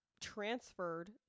transferred